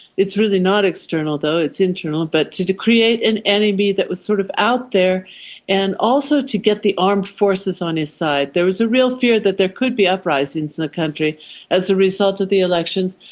it's really not external though, it's internal, but to to create an enemy that was sort of out there and also to get the armed forces on his side. there was a real fear that there could be uprisings in the country as a result of the elections.